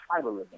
tribalism